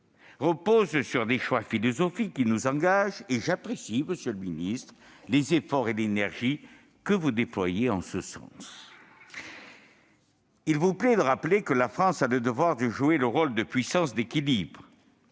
reposent sur des choix philosophiques qui nous engagent. J'apprécie, monsieur le ministre, les efforts et l'énergie que vous déployez en ce sens. Il vous plaît de rappeler que la France a le devoir de jouer le rôle de puissance d'équilibre.